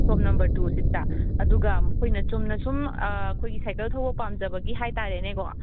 room number ꯇꯨꯁꯤꯗ ꯑꯗꯨꯒ ꯃꯈꯣꯏꯅ ꯆꯨꯝꯅꯁꯨꯝ ꯑꯩꯈꯣꯏꯒꯤ ꯁꯥꯏꯀꯜ ꯊꯧꯕ ꯄꯥꯝꯖꯕꯒꯤ ꯍꯥꯏꯇꯥꯔꯦꯅꯦꯀꯣ